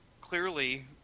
clearly